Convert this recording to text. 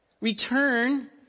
return